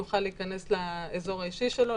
יוכל להיכנס לאזור האישי שלו,